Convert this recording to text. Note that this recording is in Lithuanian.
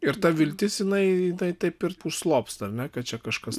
ir ta viltis jinai taip ir užslopsta ar ne kad čia kažkas